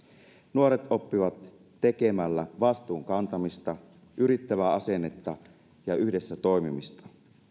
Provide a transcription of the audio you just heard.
nuoret oppivat tekemällä vastuun kantamista yrittävää asennetta ja yhdessä toimimista